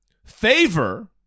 favor